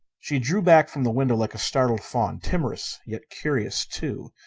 she drew back from the window like a startled fawn timorous, yet curious, too,